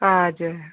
हजुर